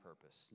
purpose